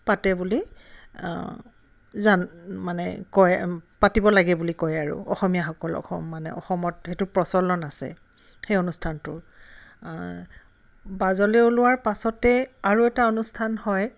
পাতে বুলি জান মানে কয় পাতিব লাগে বুলি কয় আৰু অসমীয়াসকলক মানে অসমত সেইটো প্ৰচলন আছে সেই অনুষ্ঠানটোৰ বাজলে ওলোৱাৰ পাছতে আৰু এটা অনুষ্ঠান হয়